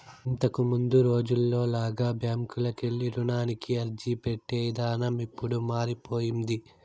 ఇంతకముందు రోజుల్లో లాగా బ్యాంకుకెళ్ళి రుణానికి అర్జీపెట్టే ఇదానం ఇప్పుడు మారిపొయ్యింది